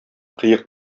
кыек